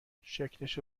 شکلشو